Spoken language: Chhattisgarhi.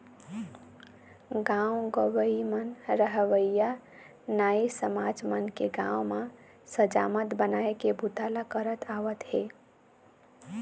गाँव गंवई म रहवइया नाई समाज मन के गाँव म हजामत बनाए के बूता ल करत आवत हे